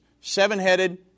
Seven-headed